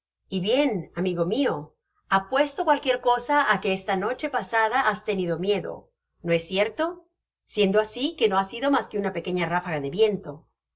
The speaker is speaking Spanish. y bien amigo mio apuesto cualquier cosa á que esta noche pasada has tenido miedo no es cierto siendo asi que no ha sido mas que una pequeña ráfaga de viento